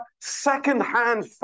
second-hand